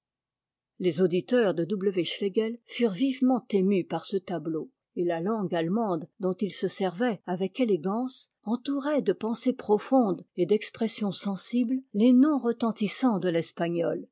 les auditeurs de w schlegel furent vivement émus par ce tableau et la langue allemande dont h se servait avec élégance entourait de pensées profondes et d'expressions sensibles les noms retentissants de l'espagnol